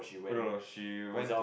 oh no no she went